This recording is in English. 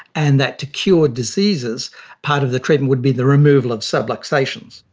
and that to cure diseases part of the treatment would be the removal of subluxations.